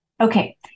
Okay